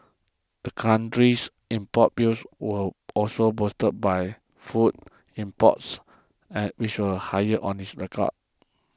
the country's import bill was also boosted by food imports which were the highest on record